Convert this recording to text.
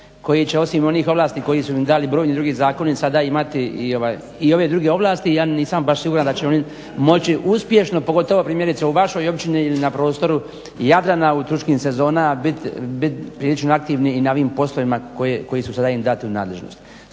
koji će osim onih ovlasti koji su im dali brojni drugi zakoni sada imati i ove druge ovlasti. Ja nisam baš siguran da će oni moći uspješno pogotovo primjerice u vašoj općini na prostoru Jadrana u turističkim sezonama bit prilično aktivni i na ovim poslovima koji su im sada dati u nadležnost.